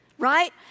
Right